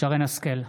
שרן מרים השכל,